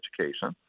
education